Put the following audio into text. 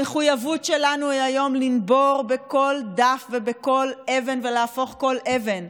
המחויבות שלנו היום היא לנבור בכל דף ובכל אבן ולהפוך כל אבן.